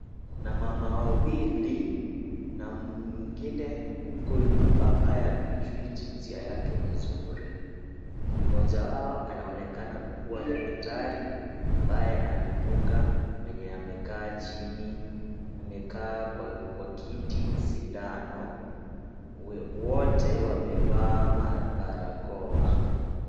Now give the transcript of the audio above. Kuna wamama wawili na mwingine hapo nyuma ambaye hatujui jinsia yake vizuri mmoja wao anaonekana kuwa daktari ambaye anafunga mwenye amekaa chini amekaa kwa kiti sindano wote wamevaa barakoa.